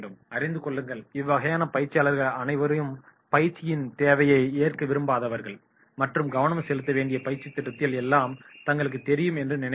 அறிந்து கொள்ளுங்கள் இவ்வகையான பங்கேற்பாளர்கள் அனைவரும் பயிற்சியின் தேவையை ஏற்க விரும்பாதவர்கள் மற்றும் கவனம் செலுத்த வேண்டிய பயிற்சித் திட்டத்தில் எல்லாம் தங்களுக்குத் தெரியும் என்று நினைப்பவர்கள்